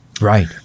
Right